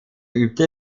übte